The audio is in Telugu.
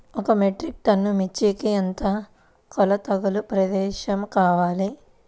ఒక మెట్రిక్ టన్ను మిర్చికి ఎంత కొలతగల ప్రదేశము కావాలీ?